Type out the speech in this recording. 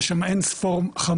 יש שם אין ספור חממות,